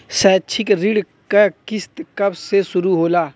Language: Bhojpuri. शैक्षिक ऋण क किस्त कब से शुरू होला?